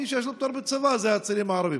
מי שיש לו פטור מצבא זה הצעירים הערבים.